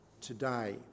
today